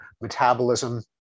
metabolism